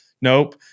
Nope